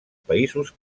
països